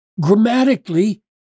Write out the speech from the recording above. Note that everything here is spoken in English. grammatically